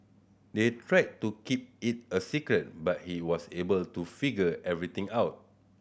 they tried to keep it a secret but he was able to figure everything out